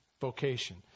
vocation